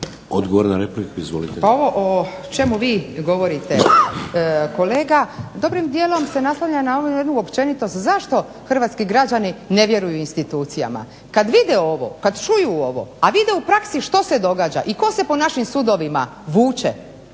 Ingrid (SDP)** Pa ovo o čemu vi govorite kolege, dobrim dijelom se naslanja na onu jednu općenitost zašto hrvatski građani ne vjeruju institucijama. Kada vide ovo, kada čuju ovo, a vide u praksi što se događa i tko se po našim sudovima vuče,